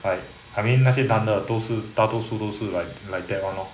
like I mean 那些男的都是大多数都是 like like that [one] lor